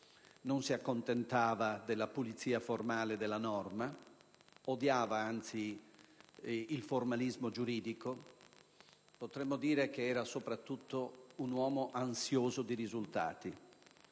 non si accontentava della pulizia formale della norma, odiava anzi il formalismo giuridico. Potremmo dire che era soprattutto un uomo ansioso di risultati,